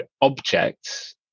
objects